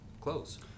clothes